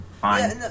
fine